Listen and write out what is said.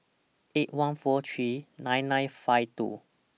eight one four three nine nine five two